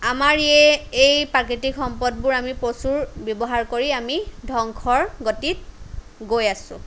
আমাৰ এই এই প্ৰাকৃতিক সম্পদবোৰ আমি প্ৰচুৰ ব্যৱহাৰ কৰি আমি ধ্বংসৰ গতিত গৈ আছোঁ